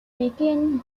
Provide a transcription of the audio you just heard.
begin